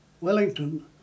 Wellington